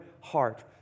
heart